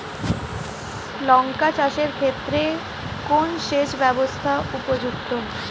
লঙ্কা চাষের ক্ষেত্রে কোন সেচব্যবস্থা উপযুক্ত?